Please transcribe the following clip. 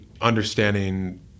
understanding